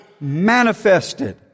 manifested